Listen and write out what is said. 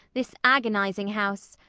this agonizing house,